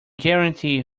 guarantee